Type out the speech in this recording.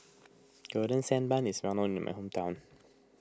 Golden Sand Bun is well known in my hometown